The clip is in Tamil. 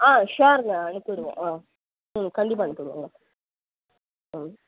ஆ ஷோர்ங்க அனுப்பி விடுவோம் ஆ ம் கண்டிப்பாக அனுப்பி விடுவோம் ம் ம்